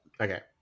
Okay